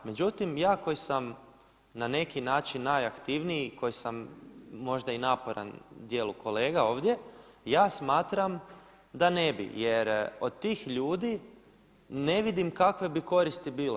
Međutim ja koji sam na neki način najaktivniji, koji sam možda i naporan dijelu kolega ovdje, ja smatram da ne bi jer od tih ljudi ne vidim kakve bi koristi bilo.